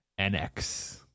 NX